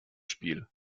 spiel